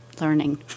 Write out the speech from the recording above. learning